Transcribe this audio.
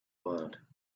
world